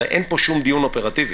הרי אין פה שום דיון אופרטיבי.